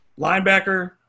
linebacker